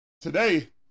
today